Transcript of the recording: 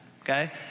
okay